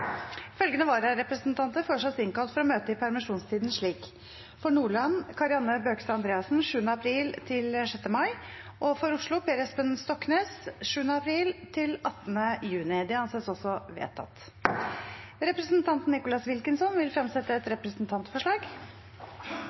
Følgende vararepresentanter innkalles for å møte i permisjonstiden: For Nordland: Kari Anne Bøkestad Andreassen 7. april–6. mai For Oslo: Per Espen Stoknes 7. april–18. juni Representanten Nicholas Wilkinson vil fremsette et representantforslag.